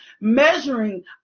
measuring